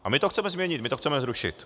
A my to chceme změnit, my to chceme zrušit.